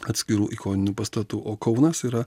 atskirų ikoninių pastatų o kaunas yra